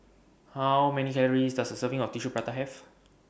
How Many Calories Does A Serving of Tissue Prata Have